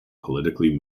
politically